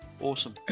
Awesome